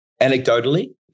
anecdotally